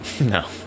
No